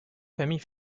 famille